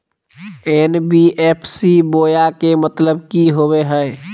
NBFC बोया के मतलब कि होवे हय?